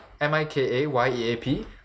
M-I-K-A-Y-E-A-P